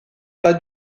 pas